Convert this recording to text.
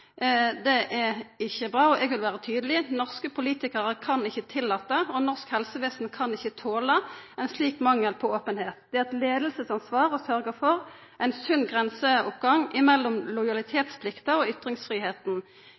debatten, er ikkje bra, og eg vil vera tydeleg: Norske politikarar kan ikkje tillata, og norsk helsevesen kan ikkje tola, ein slik mangel på openheit. Det er eit leiingsansvar å sørgja for ein sunn grenseoppgang mellom lojalitetsplikta og